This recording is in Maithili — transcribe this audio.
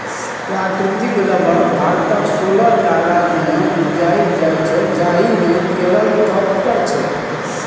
प्राकृतिक रबर भारतक सोलह टा राज्यमे उपजाएल जाइ छै जाहि मे केरल टॉप पर छै